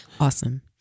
Awesome